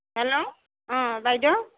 hello অ' বাইদেউ